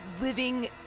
Living